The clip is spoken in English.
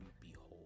behold